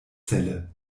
celle